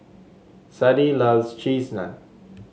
Sadie loves Cheese Naan